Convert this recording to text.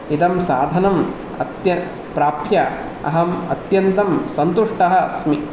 इदं साधनं अद्य प्राप्य अहम् अत्यन्तं सन्तुष्टः अस्मि